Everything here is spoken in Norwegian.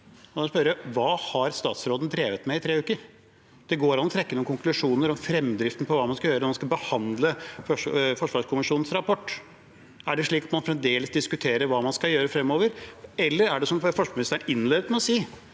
Hva har statsråden drevet med i tre uker? Det går an å trekke noen konklusjoner om fremdriften og hva man skal gjøre når man skal behandle forsvarskommisjonens rapport. Er det slik at man fremdeles diskuterer hva man skal gjøre fremover? Eller er det slik som forsvars ministeren innledet med å si